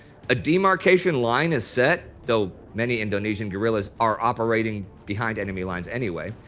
a demarcation line is set though many indonesian guerrillas are operating behind enemy lines anyway.